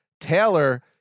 Taylor